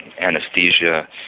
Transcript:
anesthesia